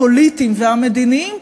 הפוליטיים והמדיניים,